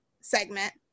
segment